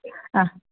हा